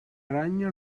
araña